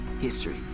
history